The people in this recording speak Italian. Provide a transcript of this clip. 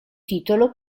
titolo